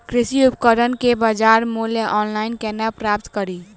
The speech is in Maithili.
कृषि उपकरण केँ बजार मूल्य ऑनलाइन केना प्राप्त कड़ी?